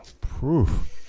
proof